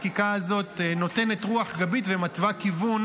החקיקה הזאת נותנת רוח גבית ומתווה כיוון